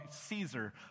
Caesar